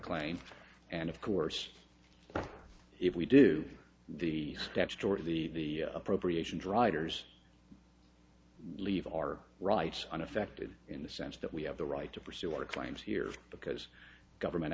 claim and of course if we do the statutory the appropriation drivers we leave our rights unaffected in the sense that we have the right to pursue our claims here because government